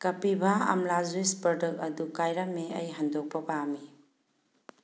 ꯀꯄꯤꯚꯥ ꯑꯝꯂꯥ juice product ꯑꯗꯨ ꯀꯥꯏꯔꯝꯃꯦ ꯑꯩ ꯍꯟꯗꯣꯛꯄ ꯄꯥꯝꯃꯤ